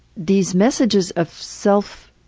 these messages of self-affirmation